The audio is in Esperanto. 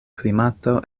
klimato